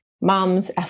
Mums